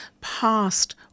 past